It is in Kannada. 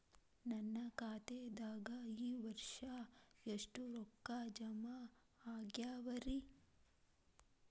ನನ್ನ ಖಾತೆದಾಗ ಈ ವರ್ಷ ಎಷ್ಟು ರೊಕ್ಕ ಜಮಾ ಆಗ್ಯಾವರಿ?